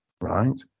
right